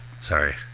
Sorry